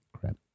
crap